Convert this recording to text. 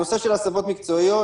לנושא של הסבות מקצועיות